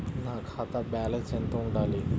నా ఖాతా బ్యాలెన్స్ ఎంత ఉండాలి?